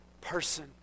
person